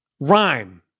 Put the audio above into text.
rhyme